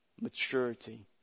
maturity